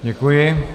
Děkuji.